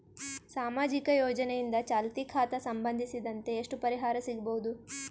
ಸಾಮಾಜಿಕ ಯೋಜನೆಯಿಂದ ಚಾಲತಿ ಖಾತಾ ಸಂಬಂಧಿಸಿದಂತೆ ಎಷ್ಟು ಪರಿಹಾರ ಸಿಗಬಹುದು?